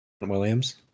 Williams